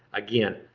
again,